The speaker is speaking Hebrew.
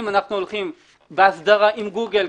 אם אנחנו הולכים באסדרה עם גוגל,